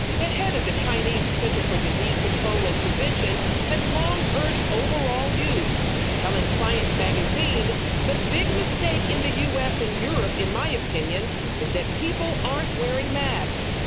the head of the chinese center for disease control and prevention has long urged overall use telling science magazine the big mistake in the u s. and europe in my opinion is that people aren't wearing masks.